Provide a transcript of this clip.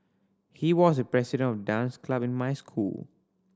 he was the president of dance club in my school